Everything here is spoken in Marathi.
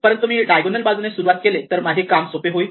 परंतु मी डायगोनल बाजूने सुरू केले तर ते काम सोपे होईल